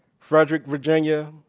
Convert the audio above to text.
frederick, virginia,